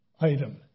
item